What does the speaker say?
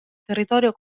territorio